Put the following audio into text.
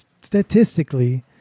statistically